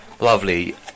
lovely